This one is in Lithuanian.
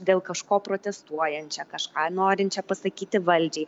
dėl kažko protestuojančią kažką norinčią pasakyti valdžiai